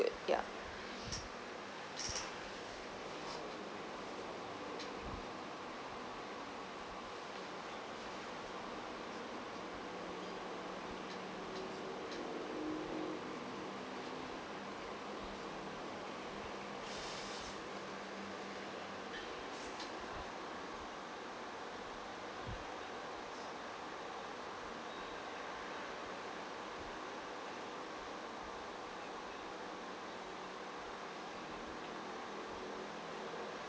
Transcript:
good yeah